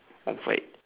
one five